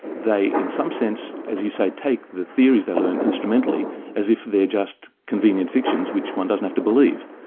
they in some sense, as you say, take the theories they learn instrumentally as if they're just convenient fictions which one doesn't have to believe.